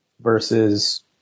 versus